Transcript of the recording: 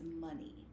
money